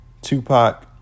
Tupac